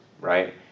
Right